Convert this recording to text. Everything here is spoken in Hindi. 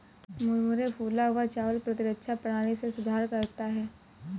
मुरमुरे फूला हुआ चावल प्रतिरक्षा प्रणाली में सुधार करता है